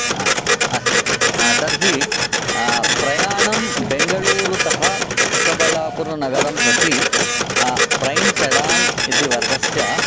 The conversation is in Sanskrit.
आ आ अस्तु तर्हि प्रयाणं बेङ्गलूरुतः चिक्कबल्लापुरनगरं प्रति प्रैम् सेडान् इति वर्गस्य